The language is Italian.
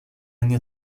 anni